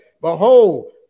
Behold